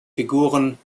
figuren